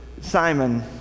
Simon